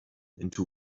into